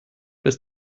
bis